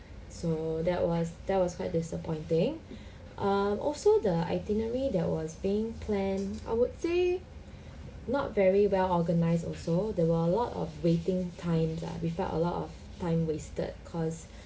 so that was that was quite disappointing um also the itinerary that was being plan I would say not very well organized also there were a lot of waiting times lah we felt a lot of time wasted cause